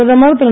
பிரதமர் திரு